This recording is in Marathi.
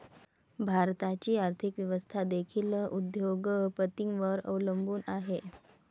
भारताची आर्थिक व्यवस्था देखील उद्योग पतींवर अवलंबून आहे